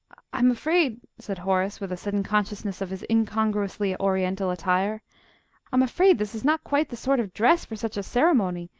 i'm afraid, said horace, with a sudden consciousness of his incongruously oriental attire i'm afraid this is not quite the sort of dress for such a ceremony.